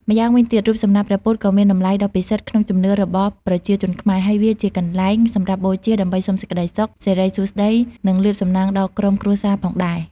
ម្យ៉ាងវិញទៀត រូបសំណាកព្រះពុទ្ធក៏មានតម្លៃដ៏ពិសិដ្ឋក្នុងជំនឿរបស់ប្រជាជនខ្មែរ ហើយវាជាកន្លែងសម្រាប់បូជាដើម្បីសុំសេចក្តីសុខ សិរីសួស្តី និងលាភសំណាងដល់ក្រុមគ្រួសារផងដែរ។